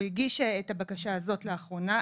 הוא הגיש את הבקשה הזאת לאחרונה,